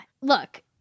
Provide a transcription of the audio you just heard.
Look